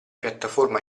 piattaforma